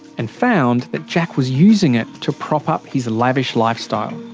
and found that jack was using it to prop up his lavish lifestyle.